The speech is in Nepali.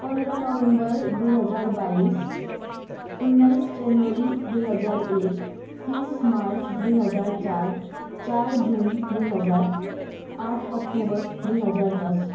पन्ध्र नोभेम्बर दुई हजार बाइस उन्नाइस जनवरी दुई हजार एक तिस मार्च दुई हजार चार चार जुन दुई हजार आठ अक्टोबर दुई हजार दस